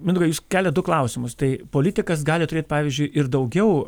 mindaugai jūs keliat du klausimus tai politikas gali turėt pavyzdžiui ir daugiau